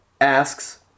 asks